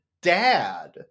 dad